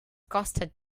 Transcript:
kostet